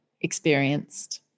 experienced